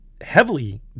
heavily